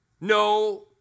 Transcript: No